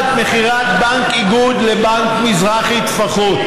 את מכירת בנק איגוד לבנק מזרחי טפחות,